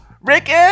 Ricky